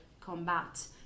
combat